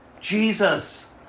Jesus